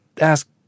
ask